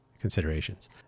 considerations